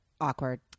awkward